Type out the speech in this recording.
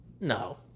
No